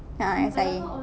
a'ah S_I_A